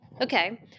Okay